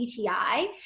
CTI